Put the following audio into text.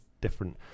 different